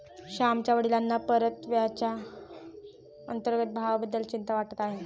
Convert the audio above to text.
श्यामच्या वडिलांना परताव्याच्या अंतर्गत भावाबद्दल चिंता वाटत आहे